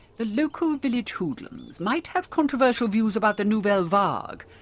the local village hoodlums might have controversial views about the nouvelle vague,